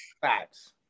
facts